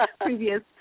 previous